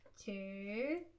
two